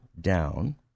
down